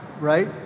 right